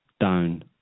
down